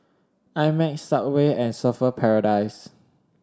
I Max Subway and Surfer Paradise